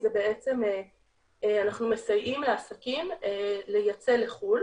זה אנחנו מסייעים לעסקים לייצא לחו"ל,